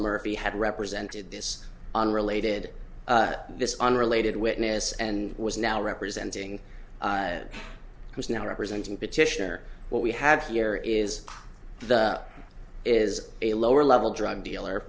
murphy had represented this unrelated this unrelated witness and was now representing who is now representing petitioner what we had here is is a lower level drug dealer